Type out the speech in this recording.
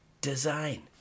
design